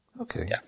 Okay